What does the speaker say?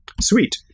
Sweet